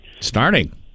Starting